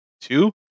two